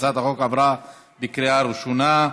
הצעת החוק עברה בקריאה ראשונה,